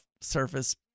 Surface